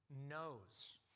knows